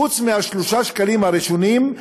חוץ מ-3 השקלים הראשונים,